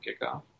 kickoff